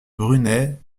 brunet